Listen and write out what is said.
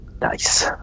Nice